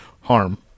harm